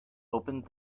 opened